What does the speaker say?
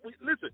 Listen